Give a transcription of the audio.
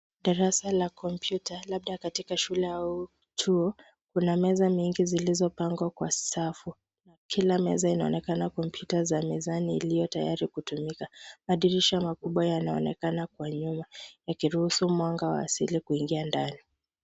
Darasa la kompyuta labda katika shule au chuo. Kuna meza mingi zilizopangwa kwa safu. Kila meza inaonekana kompyuta za mezani iliyotayari kutumika. Madirisha makubwa yanaonekana kwa nyuma yakiruhusu mwanga wa asili kuingia ndani.